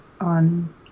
on